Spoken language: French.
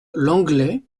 lenglet